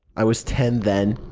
i was ten then.